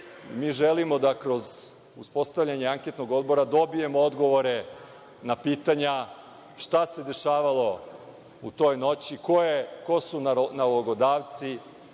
želimo da kroz uspostavljanje anketnog odbora dobijemo odgovore na pitanja šta se dešavalo u toj noći, ko su nalogodavci,